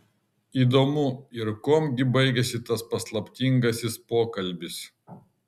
įdomu ir kuom gi baigėsi tas paslaptingasis pokalbis